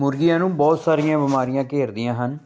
ਮੁਰਗੀਆਂ ਨੂੰ ਬਹੁਤ ਸਾਰੀਆਂ ਬਿਮਾਰੀਆਂ ਘੇਰਦੀਆਂ ਹਨ